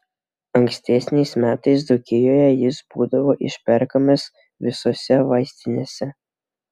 ankstesniais metais dzūkijoje jis būdavo išperkamas visose vaistinėse